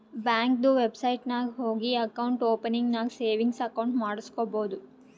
ಬ್ಯಾಂಕ್ದು ವೆಬ್ಸೈಟ್ ನಾಗ್ ಹೋಗಿ ಅಕೌಂಟ್ ಓಪನಿಂಗ್ ನಾಗ್ ಸೇವಿಂಗ್ಸ್ ಅಕೌಂಟ್ ಮಾಡುಸ್ಕೊಬೋದು